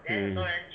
mm